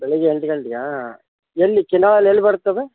ಬೆಳಗ್ಗೆ ಎಂಟು ಗಂಟೆಗಾ ಎಲ್ಲಿ ಕಿನ್ನಾಳಲ್ಲಿ ಎಲ್ಲಿ ಬರುತ್ತೆ ಅದು